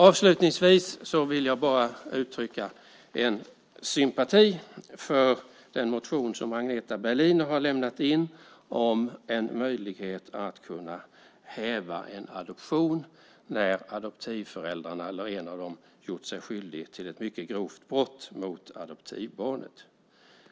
Avslutningsvis vill jag uttrycka en sympati för den motion som Agneta Berliner har lämnat in om en möjlighet att kunna häva en adoption när adoptivföräldrarna eller en av dem har gjort sig skyldig till ett mycket grovt brott mot adoptivbarnet.